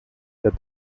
der